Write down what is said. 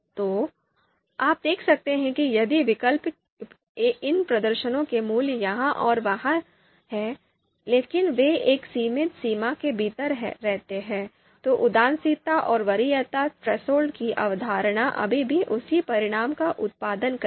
तो आप देख सकते हैं कि यदि विकल्पों के इन प्रदर्शनों के मूल्य यहां और वहां हैं लेकिन वे एक सीमित सीमा के भीतर रहते हैं तो उदासीनता और वरीयता थ्रेसहोल्ड की अवधारणा अभी भी उसी परिणाम का उत्पादन करेगी